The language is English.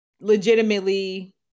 legitimately